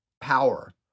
Power